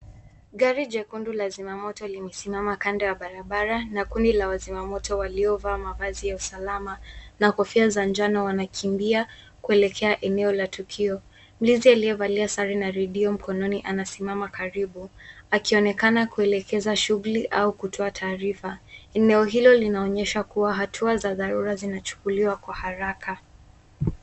Gari jekundu la zimamoto limesimama kando ya barabara na kundi la wazimamoto waliovaa mavazi ya usalama na kofia za njano wanakimbia kuelekea eneo la tukio. Mlinzi aliyevalia sare na redio mkononi anasimama karibu akionekana kuelekeza shughuli au kutoa taarifa. Eneo hilo linaonyesha kuwa hatua za dharura zinachukuliwa kwa haraka.